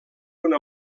una